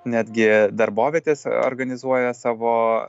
netgi darbovietės organizuoja savo